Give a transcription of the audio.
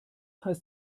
heißt